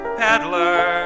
peddler